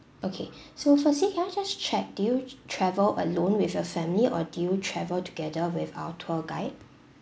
okay so firstly can I just check do you travel alone with your family or do you travel together with our tour guide